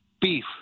beef